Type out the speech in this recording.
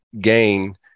gain